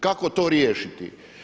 Kako to riješiti?